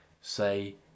say